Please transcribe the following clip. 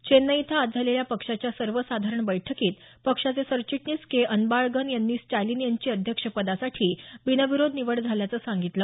चेन्नई इथं आज झालेल्या पक्षाच्या सर्वसाधारण बैठकीत पक्षाचे सरचिटणीस के अन्बाळगन यांनी स्टॅलिन यांची अध्यक्षपदासाठी बिनविरोध निवड झाल्याचं सांगितलं